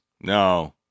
No